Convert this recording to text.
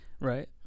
Right